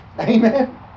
Amen